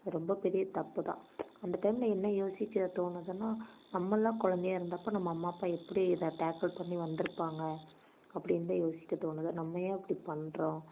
அது ரொம்ப பெரிய தப்புதான் அந்த டைமில் என்ன யோசிக்க தோணுதுன்னால் நம்மளெல்லாம் கொழந்தையா இருந்தப்போ நம்ம அம்மா அப்பா எப்படி இதை டேக்கிள் பண்ணி வந்திருப்பாங்க அப்படின்தான் யோசிக்க தோணுது நம்ம ஏன் அப்படி பண்ணுறோம்